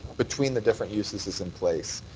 between the different uses is in place.